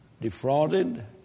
defrauded